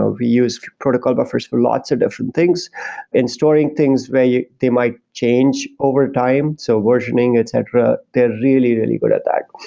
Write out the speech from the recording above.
ah we use protocol buffers for lots of different things and storing things where they they might change overtime, so versioning, etc. they're really, really good at that.